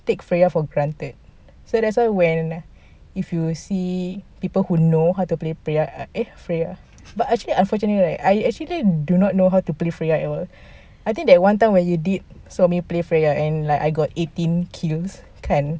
take freya for granted so that's why when like if you see people who know how to play freya eh freya but actually I've actually right actually do not know how to play freya at all I think that one time when you did show me play freya and like I got eighteen kills kan